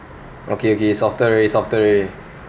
okay okay softer already softer already